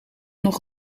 nog